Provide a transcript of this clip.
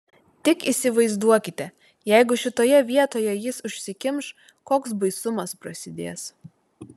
tik įsivaizduokite jeigu šitoje vietoje jis užsikimš koks baisumas prasidės